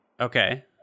Okay